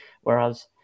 whereas